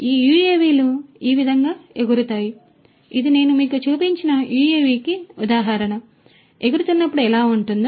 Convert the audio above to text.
ఈ యుఎవిలు ఈ విధంగా ఎగురుతాయి ఇది నేను మీకు చూపించిన యుఎవికి ఉదాహరణ ఇది ఎగురుతున్నప్పుడు ఎలా ఉంటుంది